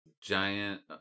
giant